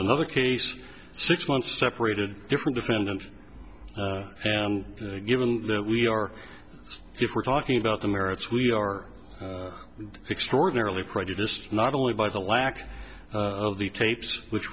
another case six months separated different defendant and given that we are if we're talking about the merits we are extraordinarily prejudiced not only by the lack of the tapes which